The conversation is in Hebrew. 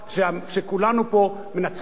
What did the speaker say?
שכולנו פה מנצחים,